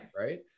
Right